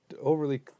overly